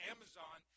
Amazon